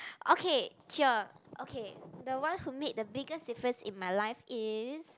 okay chill okay the one who made the biggest difference in my life is